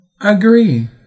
agree